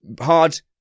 Hard